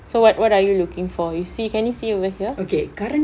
so what what are you looking for you see can you see over here